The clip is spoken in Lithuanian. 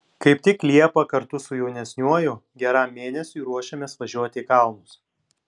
kaip tik liepą kartu su jaunesniuoju geram mėnesiui ruošiamės važiuoti į kalnus